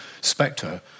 Spectre